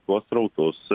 tuos srautus